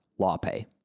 LawPay